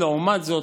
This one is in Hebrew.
לעומת זאת,